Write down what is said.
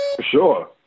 Sure